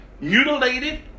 mutilated